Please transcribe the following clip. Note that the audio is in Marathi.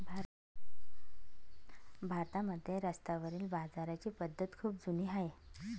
भारतामध्ये रस्त्यावरील बाजाराची पद्धत खूप जुनी आहे